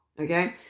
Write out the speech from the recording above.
Okay